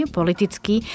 politicky